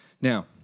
Now